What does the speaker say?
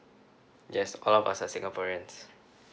yes all of us are singaporeans